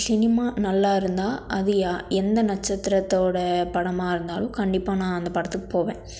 cinema நல்லா இருந்தால் அது யா எந்த நட்சத்திரத்தோடய படமாக இருந்தாலும் கண்டிப்பாக நான் அந்த படத்துக்கு போவேன்